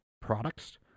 products